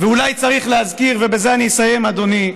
ואולי צריך להזכיר, ובזה אני אסיים, אדוני,